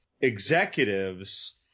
executives